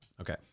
Okay